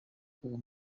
uwo